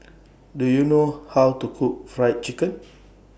Do YOU know How to Cook Fried Chicken